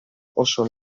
oso